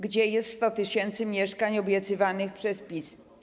Gdzie jest 100 tys. mieszkań obiecywanych przez PiS?